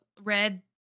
red